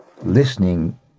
listening